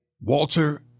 Walter